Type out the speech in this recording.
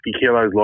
kilos